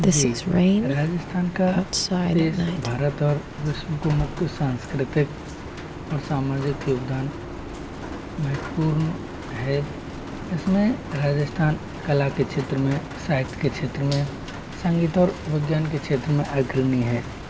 जी राजस्थान का शेष भारत और विश्व को मुख्य सांस्कृतिक और सामाजिक योगदान महत्वपूर्ण है इसमें राजस्थान कला के क्षेत्र में साहित्य के क्षेत्र में संगीत और विज्ञान के क्षेत्र में अग्रणी है